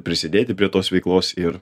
prisidėti prie tos veiklos ir